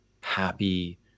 happy